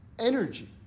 energy